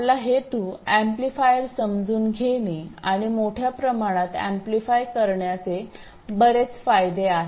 आपला हेतू अम्पलीफायर समजून घेणे आणि मोठ्या प्रमाणात अम्पलीफाय करण्याचे बरेच फायदे आहेत